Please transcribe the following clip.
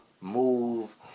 move